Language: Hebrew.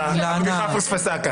הוא מאיכות הסביבה.